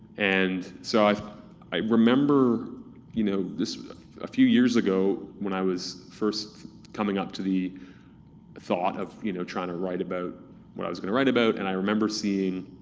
and so i i remember you know a ah few years ago, when i was first coming up to the thought of you know trying to write about what i was gonna write about, and i remember seeing